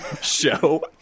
show